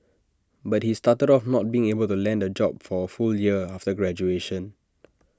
but he started off not being able to land A job for A full year after graduation